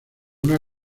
una